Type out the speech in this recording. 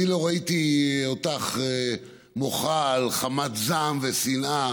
אני לא ראיתי אותך מוחה על חמת זעם ושנאה